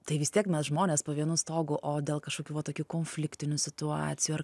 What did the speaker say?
tai vis tiek mes žmonės po vienu stogu o dėl kažkokių va tokių konfliktinių situacijų ar